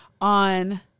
On